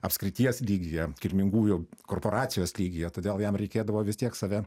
apskrities lygyje kilmingųjų korporacijos lygyje todėl jam reikėdavo vis tiek save